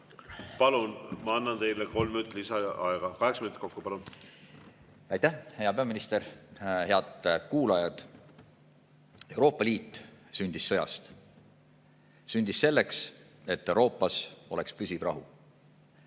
Palun! Ma annan teile kolm minutit lisaaega, kaheksa minutit kokku. Palun! Aitäh! Hea peaminister! Head kuulajad! Euroopa Liit sündis sõjast. Sündis selleks, et Euroopas oleks püsiv rahu.